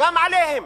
גם עליהם.